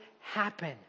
happen